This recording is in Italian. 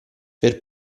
per